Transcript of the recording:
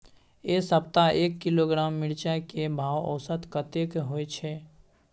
ऐ सप्ताह एक किलोग्राम मिर्चाय के भाव औसत कतेक होय छै?